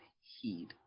heed